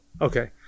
Okay